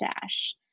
Dash